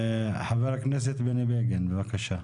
חבר הכנסת בני בגין, בבקשה.